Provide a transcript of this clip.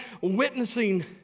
witnessing